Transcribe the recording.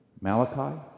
Malachi